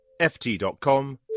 ft.com